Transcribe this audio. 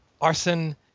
Arson